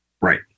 right